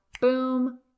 boom